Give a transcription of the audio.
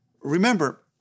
Remember